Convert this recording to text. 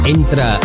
Entra